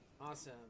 Awesome